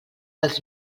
els